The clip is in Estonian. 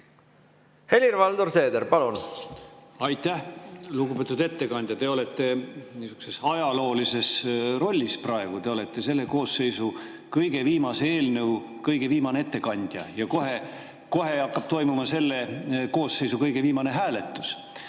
Helir-Valdor Seeder, palun! Aitäh! Lugupeetud ettekandja! Te olete praegu niisuguses ajaloolises rollis, te olete selle koosseisu kõige viimase eelnõu kõige viimane ettekandja. Kohe hakkab toimuma selle koosseisu kõige viimane hääletus. Aga